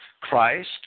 Christ